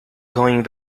going